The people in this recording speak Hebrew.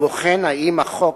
ובוחן אם החוק